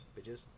Bitches